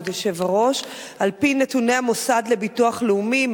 כבוד היושב-ראש: על-פי נתוני המוסד לביטוח לאומי,